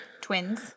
Twins